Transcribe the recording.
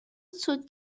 zur